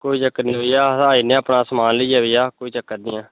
कोई चक्कर निं भेइया अस आई जन्नें समान लेइयै भेइया कोई चक्कर निं ऐ